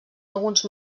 alguns